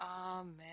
Amen